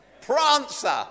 Prancer